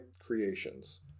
creations